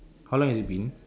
how long has it been